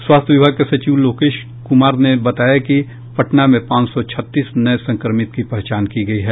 स्वास्थ्य विभाग के सचिव लोकेश कुमार ने बताया कि पटना में पांच सौ छत्तीस नये संक्रमित की पहचान की गयी है